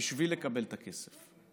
בשביל לקבל את הכסף: